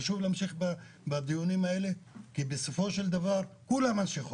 חשוב להמשיך בדיונים האלה כי בסופו של דבר כולם אנשי חוק.